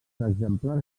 exemplars